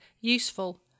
useful